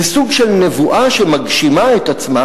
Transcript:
זה סוג של נבואה שמגשימה את עצמה,